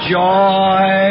joy